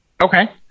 Okay